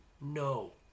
no